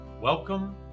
Welcome